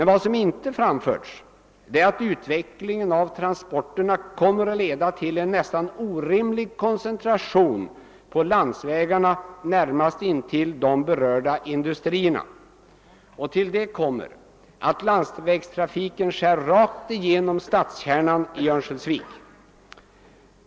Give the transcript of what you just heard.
Vad som inte har framförts i remisssvaret är att utvecklingen av transporterna kommer att leda till en nästan orimlig koncentration på landsvägarna närmast intill de berörda industrierna. Därtill kommer att landsvägstrafiken skär rakt igenom stadskärnan i Örnsköldsvik.